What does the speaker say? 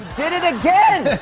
did it again!